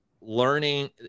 learning